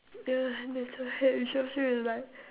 ya that's why she will feel you like